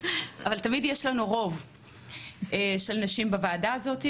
אבל תמיד יש לנו רוב של נשים בוועדה הזאת,